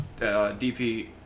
DP